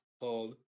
called